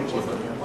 גברתי היושבת-ראש,